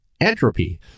entropy